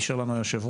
אישר לנו היושב-ראש,